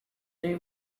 they